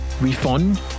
refund